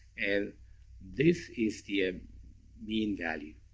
and this is the ah mean value.